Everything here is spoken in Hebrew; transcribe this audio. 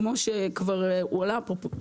כמו שכבר הועלה פה,